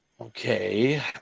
Okay